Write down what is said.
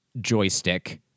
joystick